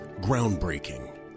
Groundbreaking